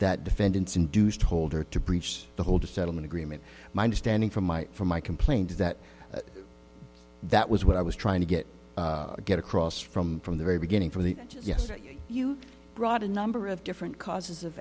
that defendants induced holder to breach the hold a settlement agreement my understanding from my from my complaint is that that was what i was trying to get get across from from the very beginning from the you brought a number of different causes of